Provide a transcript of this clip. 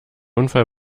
unfall